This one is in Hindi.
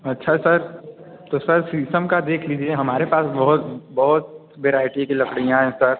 अच्छा सर तो सर शीशम का देख लीजिए हमारे पास बहुत बहुत बेराइटी की लकड़ियाँ हैं सर